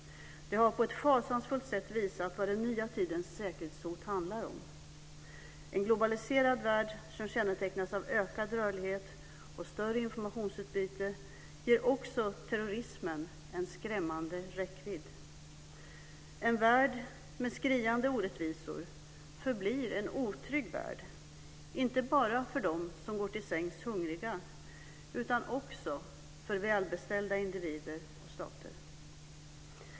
De har på ett fasansfullt sätt visat vad den nya tidens säkerhetshot handlar om. En globaliserad värld som kännetecknas av ökad rörlighet och större informationsutbyte ger också terrorismen en skrämmande räckvidd. En värld med skriande orättvisor förblir en otrygg värld, inte bara för dem som går till sängs hungriga, utan också för välbeställda individer och stater.